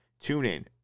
TuneIn